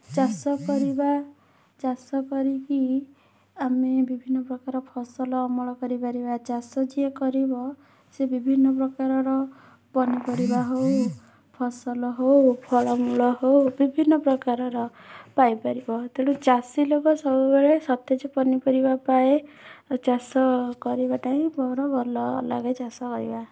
ଚାଷ କରିବା ଚାଷ କରିକି ଆମେ ବିଭିନ୍ନପ୍ରକାର ଫସଲ ଅମଳ କରିପାରିବା ଚାଷ କରିବ ସେ ବିଭିନ୍ନପ୍ରକାରର ପନିପରିବା ହେଉ ଫସଲ ହେଉ ଫଳମୂଳ ହେଉ ବିଭିନ୍ନପ୍ରକାରର ପାଇପାରିବ ତେଣୁ ଚାଷୀ ଲୋକ ସବୁବେଳେ ସତେଜ ପନିପରିବା ପାଏ ଆଉ ଚାଷ କରିବାଟା ହିଁ ମୋର ଭଲଲାଗେ ଚାଷ କରିବା